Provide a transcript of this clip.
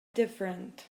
different